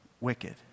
Wicked